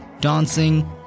dancing